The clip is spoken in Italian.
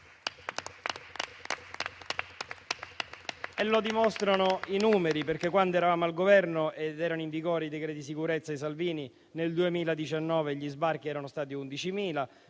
come dimostrano i numeri. Quando infatti eravamo al Governo ed erano in vigore i decreti di sicurezza di Salvini, nel 2019 gli sbarchi sono stati 11.000,